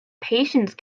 patience